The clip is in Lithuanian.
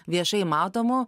viešai matomų